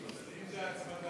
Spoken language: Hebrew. אילן גילאון (מרצ): אם זו הצמדה,